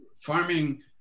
farming